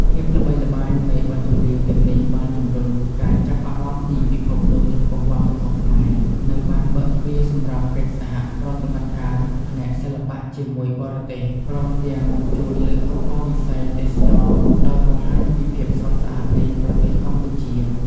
ភាពល្បីល្បាញនៃបទចម្រៀងទាំងនេះបានជំរុញការចាប់អារម្មណ៍ពីពិភពលោកចំពោះវប្បធម៌ខ្មែរ និងបានបើកទ្វារសម្រាប់កិច្ចសហប្រតិបត្តិការផ្នែកសិល្បៈជាមួយបរទេស ព្រមទាំងជួយលើកកម្ពស់វិស័យទេសចរណ៍ដោយបង្ហាញពីភាពស្រស់ស្អាតនៃប្រទេសកម្ពុជា។